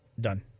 done